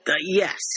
Yes